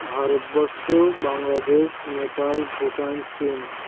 ভারতবর্ষ বাংলাদেশ নেপাল ভুটান চীন